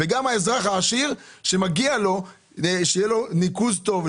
גם האזרח העשיר שמגיע לו שיהיה לו ניקוז טוב,